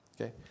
Okay